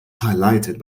highlighted